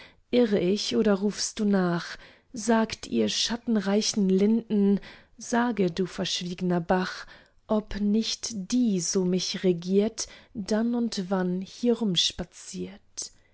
irr ich oder rufst du nach sagt ihr schattenreichen linden sage du verschwiegner bach ob nicht die so mich regiert dann und wann hierum spaziert